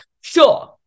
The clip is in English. sure